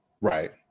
Right